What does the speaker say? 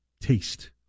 taste